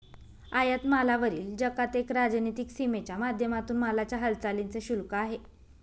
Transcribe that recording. आयात मालावरील जकात एक राजनीतिक सीमेच्या माध्यमातून मालाच्या हालचालींच शुल्क आहे